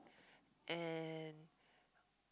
and